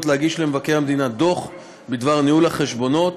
להגיש למבקר המדינה דוח בדבר ניהול החשבונות,